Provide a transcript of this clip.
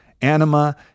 anima